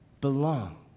belong